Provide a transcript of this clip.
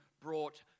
brought